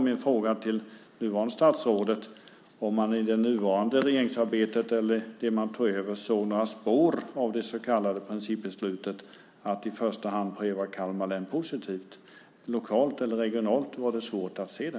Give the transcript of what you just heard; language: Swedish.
Min fråga till det nuvarande statsrådet gäller om han i det nuvarande regeringsarbetet eller det han tog över ser några spår av det så kallade principbeslutet och att i första hand pröva Kalmar län positivt. Lokalt eller regionalt var det svårt att se det.